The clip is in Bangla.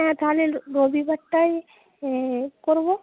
হ্যাঁ তাহলে রবিবারটাই করবো